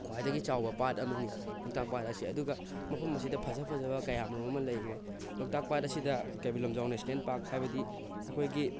ꯈ꯭ꯋꯥꯏꯗꯒꯤ ꯆꯥꯎꯕ ꯄꯥꯠ ꯑꯃꯅꯤ ꯂꯣꯛꯇꯥꯛ ꯄꯥꯠ ꯑꯁꯤ ꯑꯗꯨꯒ ꯃꯐꯝ ꯑꯁꯤꯗ ꯐꯖ ꯐꯖꯕ ꯀꯌꯥ ꯃꯔꯨꯝ ꯑꯃ ꯂꯩꯈ꯭ꯔꯦ ꯂꯣꯛꯇꯥꯛ ꯄꯥꯠ ꯑꯁꯤꯗ ꯀꯩꯕꯨꯜ ꯂꯝꯖꯥꯎ ꯅꯦꯁꯅꯦꯜ ꯄꯥꯔꯛ ꯍꯥꯏꯕꯗꯤ ꯑꯩꯈꯣꯏꯒꯤ